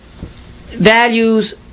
values